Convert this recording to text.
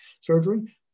Surgery